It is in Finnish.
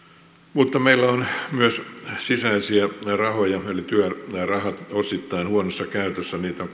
mutta meillä on myös sisäisiä rahoja eli työn rahat osittain huonossa käytössä niitä